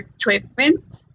treatment